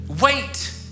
wait